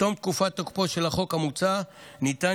בתום תקופת תוקפו של החוק המוצע ניתן